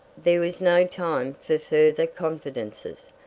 there was no time for further confidences,